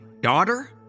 daughter